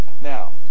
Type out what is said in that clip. Now